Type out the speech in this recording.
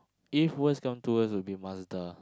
if worst come to worst would be Mazda